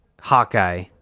Hawkeye